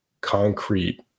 concrete